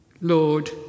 Lord